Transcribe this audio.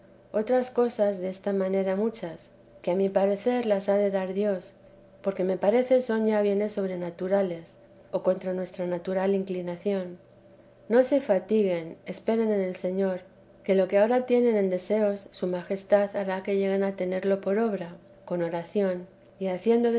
otras cosas desta manera muchas que a mi parecer les ha de dar dios porque me parece son ya bienes sobrenaturales o contra nuestra natural inclinación no se fatiguen esperen en el señor que lo que ahora tienen en deseos su majestad hará que lleguen a tenerlo por obra con oración y haciendo